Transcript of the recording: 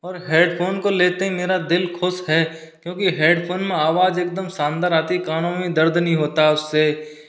और हेडफोन को लेते मेरा दिल खुश है क्योंकी हेडफोन में आवाज एकदम शानदार आती है कानों में दर्द नहीं होता उससे